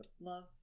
love